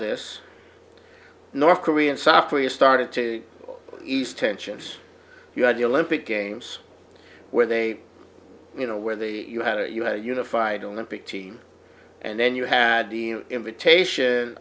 this north korea and south korea started to east tensions you had your limpid games where they you know where the you had a unified olympic team and then you had the invitation